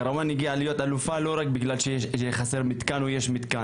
כרואן הגיעה להיות אלופה לא רק בגלל שחסר מתקן או יש מתקן,